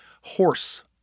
Horse